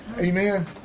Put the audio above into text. Amen